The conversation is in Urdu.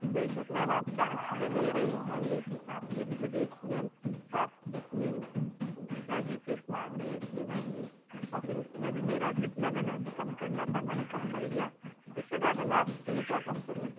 بے شک میم آپ چار چیزیں لی رہی ہیں لیکن آپ یہ بھی تو دیکھیے آپ اتنی ہیوی چیز ماںگ رہی ہیں اتنی مہنگی اور پھر اُس میں بھی میرا جتنا میں نے کم کرنا تھا میں نے كم كر لیا اِس سے زیادہ میں آپ كے لیے کیا کم کروں